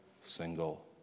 single